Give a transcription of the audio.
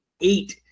eight